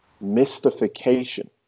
mystification